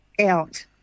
out